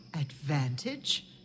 Advantage